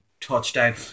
touchdown